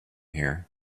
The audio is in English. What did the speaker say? here